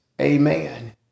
amen